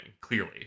clearly